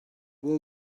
will